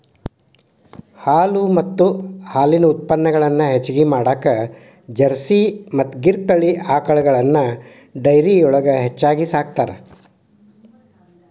ಹಾಲು ಮತ್ತ ಹಾಲಿನ ಉತ್ಪನಗಳನ್ನ ಹೆಚ್ಚಗಿ ಮಾಡಾಕ ಜರ್ಸಿ ಮತ್ತ್ ಗಿರ್ ತಳಿ ಆಕಳಗಳನ್ನ ಡೈರಿಯೊಳಗ ಹೆಚ್ಚಾಗಿ ಸಾಕ್ತಾರ